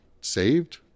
saved